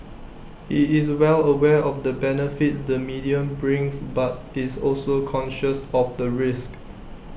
he is well aware of the benefits the medium brings but is also conscious of the risks